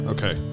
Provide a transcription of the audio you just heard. Okay